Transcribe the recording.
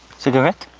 cigarette?